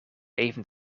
even